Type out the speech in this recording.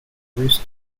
roost